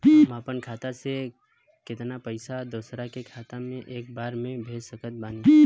हम अपना खाता से केतना पैसा दोसरा के खाता मे एक बार मे भेज सकत बानी?